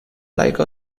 like